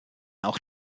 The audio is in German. auch